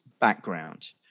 background